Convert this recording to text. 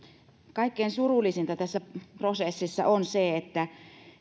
kaikkein surullisinta tässä prosessissa on se että